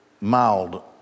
mild